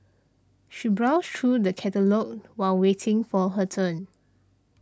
she browsed through the catalogues while waiting for her turn